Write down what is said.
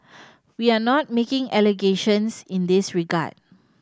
we are not making allegations in this regard